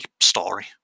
story